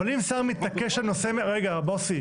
אבל אם שר מתעקש על נושא, רגע מוסי.